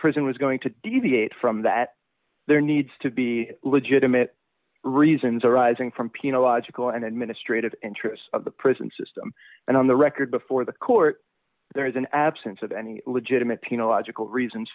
prison was going to do the eight from that there needs to be legitimate reasons arising from pina logical and administrative interests of the prison system and on the record before the court there is an absence of any legitimate pain a logical reasons